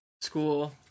school